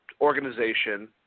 organization